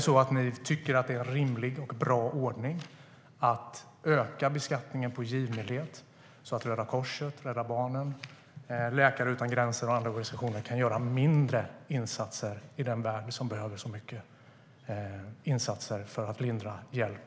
Tycker ni att det är en rimlig och bra ordning att öka beskattningen på givmildhet, så att Röda Korset, Rädda Barnen, Läkare utan gränser och andra organisationer kan göra mindre insatser för att lindra nöd i den värld som behöver så mycket insatser?